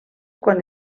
quan